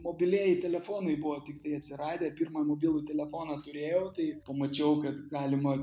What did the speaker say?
mobilieji telefonai buvo tiktai atsiradę pirmą mobilų telefoną turėjau tai pamačiau kad galima